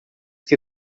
que